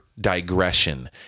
digression